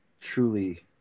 truly